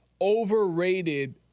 overrated